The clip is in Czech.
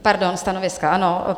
Pardon, stanoviska, ano.